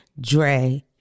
Dre